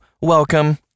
Welcome